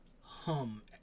hum